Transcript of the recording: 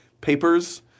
papers